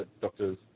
doctors